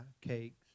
cakes